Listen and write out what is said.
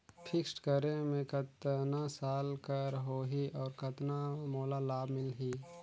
Fixed करे मे कतना साल कर हो ही और कतना मोला लाभ मिल ही?